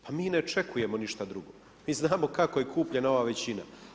Pa mi ni ne očekujemo ništa drugo, mi znamo kako je kupljena nova većina.